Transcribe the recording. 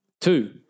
Two